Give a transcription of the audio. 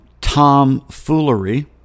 tomfoolery